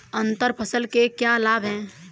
अंतर फसल के क्या लाभ हैं?